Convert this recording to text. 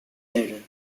later